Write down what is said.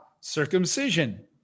circumcision